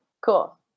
cool